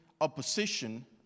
opposition